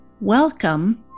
welcome